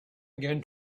again